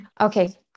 Okay